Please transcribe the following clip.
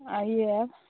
आइये